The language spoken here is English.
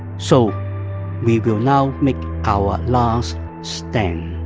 so we will now make our last stand.